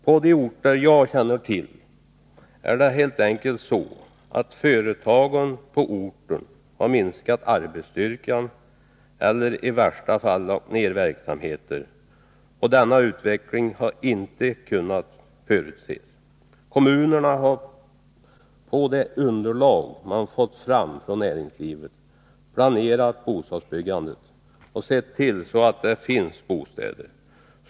På de orter där jag känner till de här problemen är det helt enkelt så att företagen på orten har minskat arbetsstyrkan eller i värsta fall lagt ned verksamheten. Denna utveckling har inte kunnat förutses. Kommunerna har planerat bostadsbyggandet efter det underlag man fått från näringslivet och sett till att det finns bostäder.